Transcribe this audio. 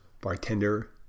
Bartender